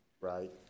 Right